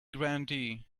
grandee